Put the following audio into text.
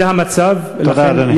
זה המצב, תודה, אדוני.